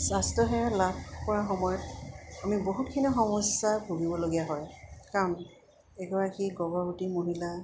স্বাস্থ্যসেৱা লাভ কৰা সময়ত আমি বহুতখিনি সমস্যা ভুগিবলগীয়া হয় কাৰণ এগৰাকী গৰ্ভৱতী মহিলা